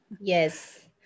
Yes